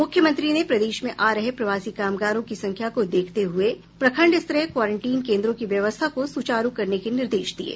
मुख्यमंत्री ने प्रदेश में आ रहे प्रवासी कामगारों की संख्या को देखते हुए प्रखंड स्तरीय क्वारेंटीन केन्द्रों की व्यवस्था को सुचारू करने के निर्देश दिये